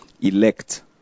elect